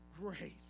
grace